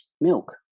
milk